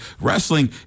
wrestling